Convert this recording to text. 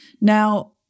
Now